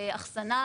אכסנה,